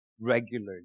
regularly